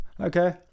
Okay